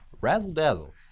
razzle-dazzle